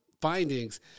findings